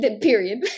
Period